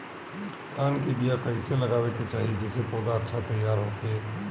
धान के बीया कइसे लगावे के चाही जेसे पौधा अच्छा तैयार होखे?